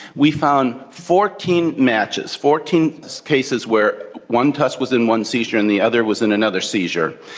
we found fourteen matches, fourteen cases where one tusk was in one seizure and the other was in another seizure.